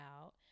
out